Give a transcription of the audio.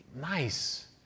nice